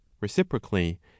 Reciprocally